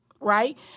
right